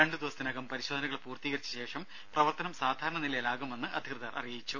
രണ്ടുദിവസത്തിനകം പരിശോധനകൾ പൂർത്തീകരിച്ച ശേഷം പ്രവർത്തനം സാധാരണനിലയിലാകുമെന്ന് അധികൃതർ അറിയിച്ചു